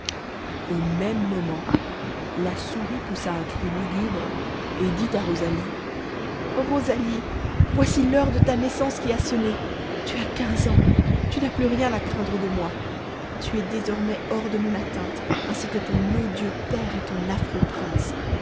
au même moment la souris poussa un cri lugubre et dit à rosalie rosalie voici l'heure de ta naissance qui a sonné tu as quinze ans tu n'as plus rien à craindre de moi tu es désormais hors de mon atteinte ainsi que ton odieux père et ton affreux prince